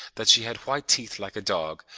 that she had white teeth like a dog,